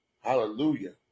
Hallelujah